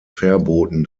verboten